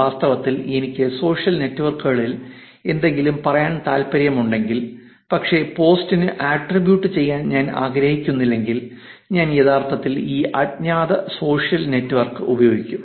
വാസ്തവത്തിൽ എനിക്ക് സോഷ്യൽ നെറ്റ്വർക്കുകളിൽ എന്തെങ്കിലും പറയാൻ താൽപ്പര്യമുണ്ടെങ്കിൽ പക്ഷേ പോസ്റ്റിന് ആട്രിബ്യൂട്ട് ചെയ്യാൻ ഞാൻ ആഗ്രഹിക്കുന്നില്ലെങ്കിൽ ഞാൻ യഥാർത്ഥത്തിൽ ഈ അജ്ഞാത സോഷ്യൽ നെറ്റ്വർക്ക് ഉപയോഗിക്കും